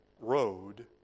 road